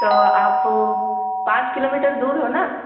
तो आप पाँच किलोमीटर दूर हो ना